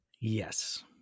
Yes